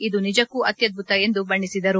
ಇದು ನಿಜಕ್ಕೂ ಅತ್ಯದ್ಬುತ ಎಂದು ಅವರು ಬಣ್ಣಿಸಿದರು